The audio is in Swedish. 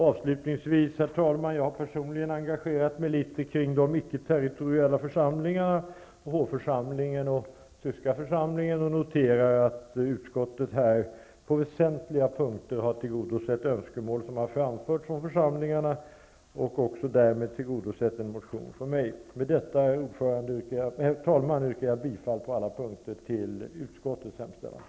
Avslutningsvis, herr talman: Jag har personligen engagerat mig litet kring de icke-territoriella församlingarna, hovförsamlingen och tyska församlingen, och jag noterar att utskottet på väsentliga punkter tillgodosett önskemål som framförts från församlingarna. Utskottet har därmed tillgodosett en motion från mig. Med detta, herr talman, yrkar jag bifall på samtliga punkter till utskottets hemställan.